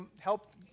help